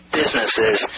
businesses